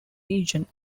region